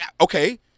Okay